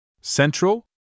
Central